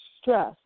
stress